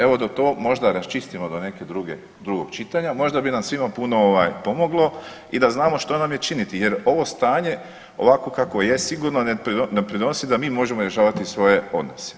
Evo, dok to možda raščistimo do neke druge, drugog čitanja, možda bi nam svima puno ovaj pomoglo i da znamo što nam je činiti jer ovo stanje, ovakvo kakvo je sigurno ne doprinosi da mi možemo rješavati svoje odnose.